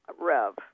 Rev